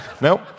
Nope